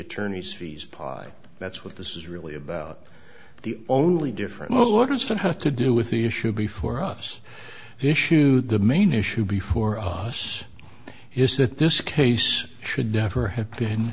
attorney's fees pie that's what this is really about the only different workers don't have to do with the issue before us the issue the main issue before us is that this case should never have been